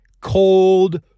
cold